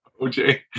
oj